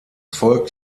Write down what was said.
folgt